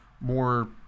more